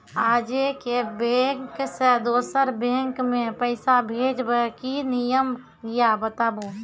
आजे के बैंक से दोसर बैंक मे पैसा भेज ब की नियम या बताबू?